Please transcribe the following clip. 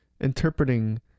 interpreting